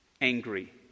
Angry